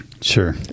Sure